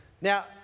Now